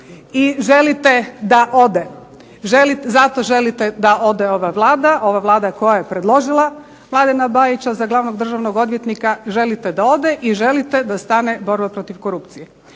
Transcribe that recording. I želite da ode, zato želite da ode ova Vlada, ova Vlada koja je predložila Mladena Bajića za glavnog državnog odvjetnika želite da ode i želite da stane Borba protiv korupcije.